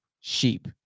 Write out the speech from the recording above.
sheep